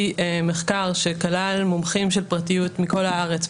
מחקר שכלל מומחים של פרטיות מכל הארץ,